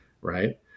right